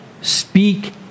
speak